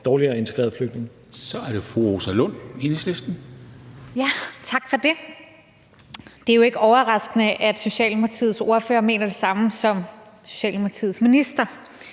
Dam Kristensen): Så er det fru Rosa Lund, Enhedslisten. Kl. 16:20 Rosa Lund (EL): Tak for det. Det er jo ikke overraskende, at Socialdemokratiets ordfører mener det samme som Socialdemokratiets minister.